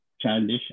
childish